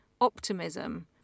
optimism